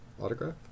autograph